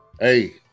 hey